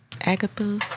Agatha